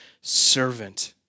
servant